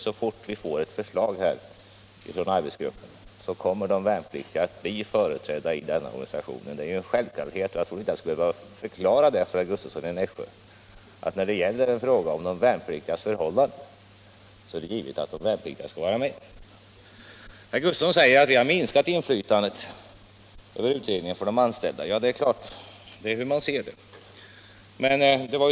Så fort vi får ett förslag från arbetsgruppen kommer de värnpliktiga att bli företrädda i den här kommittén. Det är en självklarhet, och jag trodde inte att jag skulle behöva förklara för herr Gustavsson att när det gäller en fråga om de värnpliktigas förhållanden, så är det givet att de värnpliktiga skall vara med. Herr Gustavsson säger att vi har minskat inflytandet över utredningen för de anställda. Det beror på hur man ser det.